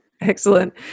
Excellent